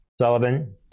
Sullivan